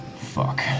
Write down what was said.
Fuck